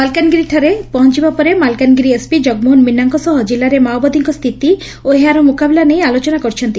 ମାଳକାନଗିରିଠାରେ ପହଂଚିବା ପରେ ମାଲକାନଗିରି ଏସପି ଜଗମୋହନ ମୀନାଙ୍କ ସହ ଜିଲ୍ଲାରେ ମାଓବାଦୀଙ୍କ ସ୍ଥିତି ଓ ଏହାର ମୁକାବିଲା ନେଇ ଆଲୋଚନା କରିଛନ୍ତି